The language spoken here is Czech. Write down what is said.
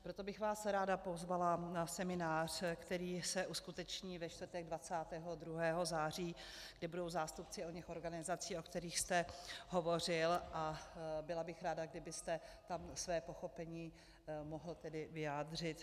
Proto bych vás ráda pozvala na seminář, který se uskuteční ve čtvrtek 22. září, kde budou zástupci oněch organizací, o kterých jste hovořil, a byla bych ráda, kdybyste tam své pochopení mohl vyjádřit.